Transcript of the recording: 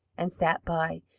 and sat by,